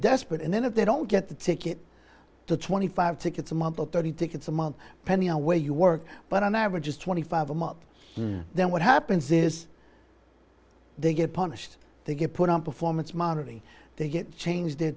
desperate and then if they don't get the ticket the twenty five tickets a month of thirty tickets a month pending a way you work but on average is twenty five i'm up then what happens is they get punished they get put on performance monitoring they get changed their